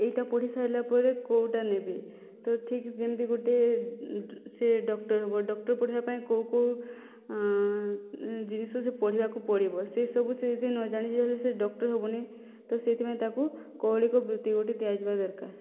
ଏହିଟା ପଢ଼ିସାରିଲା ପରେ କେଉଁଟା ନେବି ତ ଠିକ୍ ଯେମିତି ଗୋଟିଏ ସେ ଡକ୍ଟର ହେବ ଡକ୍ଟର ପଢ଼ିବା ପାଇଁ କେଉଁ କେଉଁ ଜିନିଷ ସେ ପଢ଼ିବାକୁ ପଡ଼ିବ ସେ ସବୁ ସେ ଯଦି ନ ଜାଣେ ତାହେଲେ ସେ ଡକ୍ଟର ହେବନି ତ ସେହିଥିପାଇଁ ତାକୁ କୌଳିକ ବୃତ୍ତି ଗୋଟିଏ ଦିଆଯିବା ଦରକାର